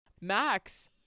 Max